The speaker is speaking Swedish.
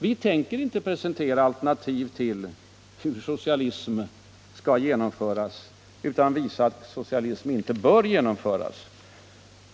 Vi tänker inte presentera alternativ till hur socialism skall genomföras utan visa att socialism inte bör genomföras.